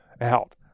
out